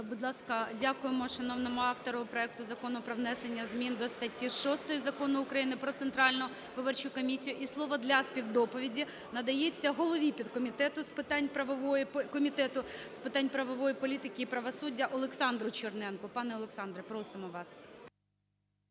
Будь ласка… Дякуємо шановному автору проекту Закону про внесення змін до статті 6 Закону України "Про Центральну виборчу комісію". І слово для співдоповіді надається голові підкомітету Комітету з питань правової політики і правосуддя Олександру Черненку. Пане Олександре, просимо вас.